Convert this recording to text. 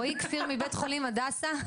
רועי כפיר מבית החולים הדסה,